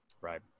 Right